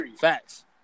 Facts